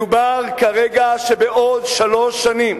מדובר כרגע על כך שבעוד שלוש שנים,